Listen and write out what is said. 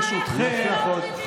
אני, ברשותכם, כל המדינה לרגליך.